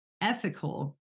ethical